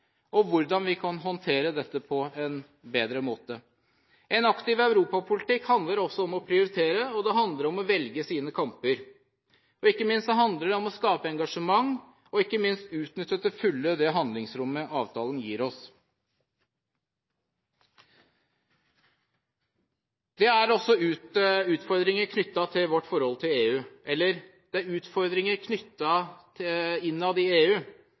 og hvordan vi kan håndtere dette på en bedre måte. En aktiv europapolitikk handler også om å prioritere, og det handler om å velge sine kamper. Ikke minst handler det om å skape engasjement og utnytte til fulle det handlingsrommet avtalen gir oss. Det er også utfordringer innad i EU. Det er grunn til å ha varsellamper på dersom stadig flere direktiver og stadig mer regelverk fører til